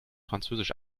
französisch